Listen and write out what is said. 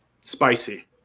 Spicy